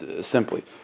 simply